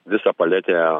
visą paletę